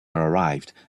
arrived